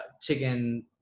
chicken